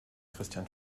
christian